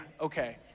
okay